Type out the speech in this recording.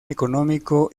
económico